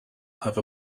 have